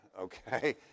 okay